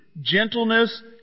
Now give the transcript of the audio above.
gentleness